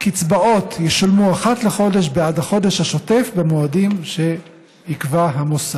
כי "קצבאות ישולמו אחת לחודש בעד החודש השוטף במועדים שיקבע המוסד".